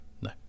No